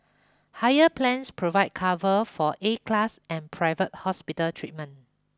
higher plans provide cover for A class and private hospital treatment